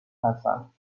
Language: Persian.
ترسم